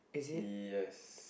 yes